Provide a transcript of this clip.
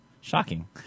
shocking